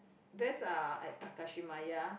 there's uh at Takashimaya